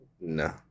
No